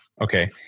Okay